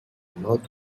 mouth